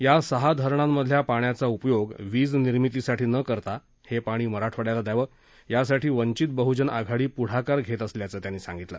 या सहा धरणांमधल्या पाण्याचा उपयोग वीज निर्मितीसाठी न करता हे पाणी मराठवाङ्याला द्यावं यासाठी वंचित बहुजन आघाडी पुढाकार घेत असल्याचं त्यांनी सांगितलं